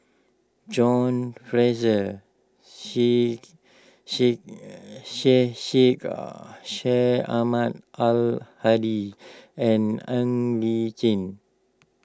John Fraser Syed Sheikh Syed Ahmad Al Hadi and Ng Li Chin